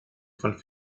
von